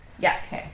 Yes